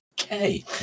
Okay